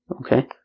Okay